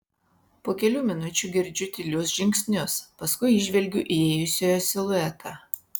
po kelių minučių girdžiu tylius žingsnius paskui įžvelgiu įėjusiojo siluetą